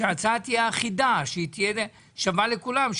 שתהיה אחידה ושווה לכולם,